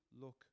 look